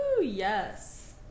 Yes